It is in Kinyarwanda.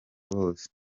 bose